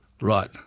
Right